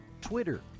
Twitter